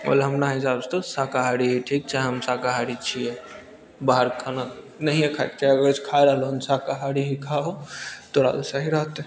ओहि लऽ हमरा हिसाबसँ तऽ शाकाहारी ही ठीक छै हम शाकाहारी छियै बाहरके खाना नहिए खाके चाही रो खाए रहलहो शाकाहारी ही खाहो तोरा लऽ सही रहतै